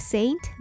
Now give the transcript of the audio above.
Saint